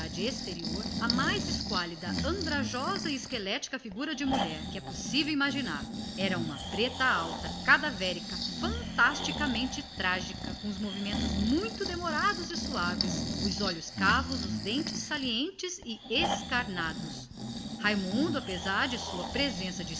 a claridade exterior a mais esquálida andrajosa e esquelética figura de mulher que é possível imaginar era uma preta alta cadavérica tragicamente feia com os movimentos demorados e sinistros os olhos cavos os dentes escarnados o rapaz apesar da sua presença